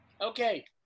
Okay